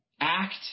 Act